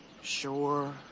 Sure